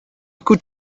could